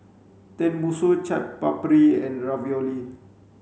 Tenmusu Chaat Papri and Ravioli